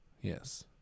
Yes